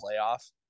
playoff